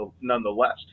nonetheless